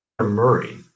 Murray